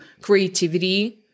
creativity